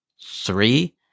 three